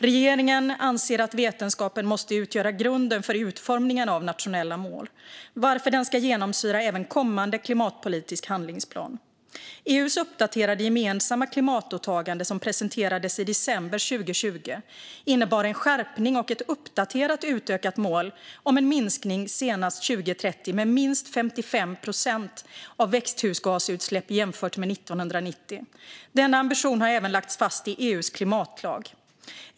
Regeringen anser att vetenskapen måste utgöra grunden i utformningen av nationella mål, varför den ska genomsyra även kommande klimatpolitisk handlingsplan. EU:s uppdaterade gemensamma klimatåtagande som presenterades i december 2020 innebar en skärpning och ett uppdaterat och utökat mål om en minskning senast 2030 med minst 55 procent av växthusgasutsläpp jämfört med 1990. Denna ambition har även lagts fast i EU:s klimatlag.